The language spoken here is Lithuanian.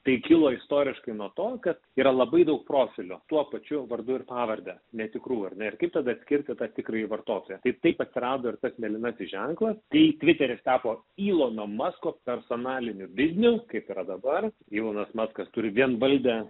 tai kilo istoriškai nuo to kad yra labai daug profilio tuo pačiu vardu ir pavarde netikrų ar netgi tada skirstyta tikrai vartoti taip taip atsirado ir tas mėlynas ženklas tai tviteryje tapo ilono masko personaliniu bizniu kaip yra dabar ilonas maskas turi vienvaldę